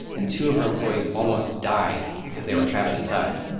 and two of her employees almost died because they were trapped inside.